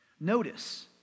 Notice